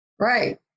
right